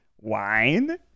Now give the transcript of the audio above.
wine